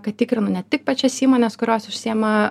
kad tikrino ne tik pačias įmones kurios užsiima